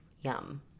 yum